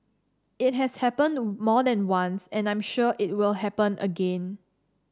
it has happened more than once and I'm sure it will happen again